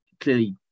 clearly